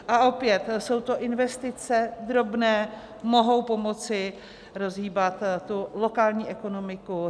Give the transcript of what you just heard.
A opět, jsou to investice drobné, mohou pomoci rozhýbat lokální ekonomiku.